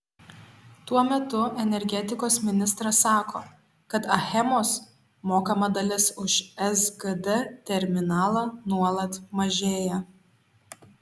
tuo metu energetikos ministras sako kad achemos mokama dalis už sgd terminalą nuolat mažėja